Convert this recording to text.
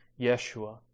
Yeshua